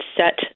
set